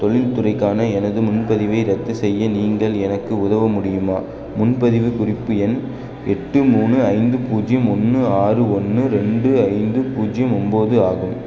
தொழில்துறைக்கான எனது முன்பதிவை ரத்து செய்ய நீங்கள் எனக்கு உதவ முடியுமா முன்பதிவுக் குறிப்பு எண் எட்டு மூணு ஐந்து பூஜ்ஜியம் ஒன்று ஆறு ஒன்று ரெண்டு ஐந்து பூஜ்ஜியம் ஒம்பது ஆகும்